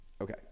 Okay